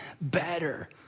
better